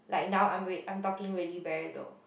like now I'm wait I'm talking really very low